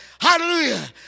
hallelujah